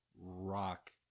rock